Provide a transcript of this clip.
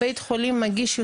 מאז שחיליתי,